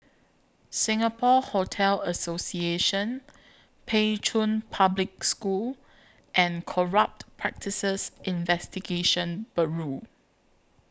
Singapore Hotel Association Pei Chun Public School and Corrupt Practices Investigation Bureau